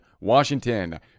Washington